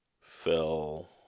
fell